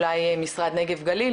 אולי משרד נגב גליל,